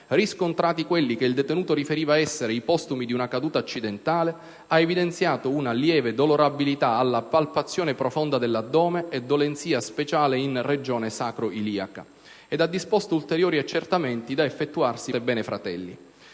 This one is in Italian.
riscontrati quelli che il detenuto riferiva essere i postumi di una caduta accidentale, ha evidenziato una lieve dolorabilità alla palpazione profonda dell'addome e dolenzia speciale in regione sacro-iliaca ed ha disposto ulteriori accertamenti da effettuarsi presso il Fatebenefratelli.